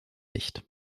nicht